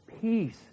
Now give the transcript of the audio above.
peace